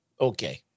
Okay